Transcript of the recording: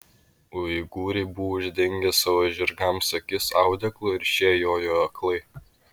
uigūrai buvo uždengę savo žirgams akis audeklu ir šie jojo aklai